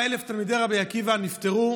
24,000 תלמידי רבי עקיבא נפטרו